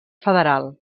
federal